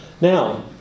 Now